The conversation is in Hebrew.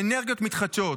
לאנרגיות מתחדשות,